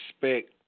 respect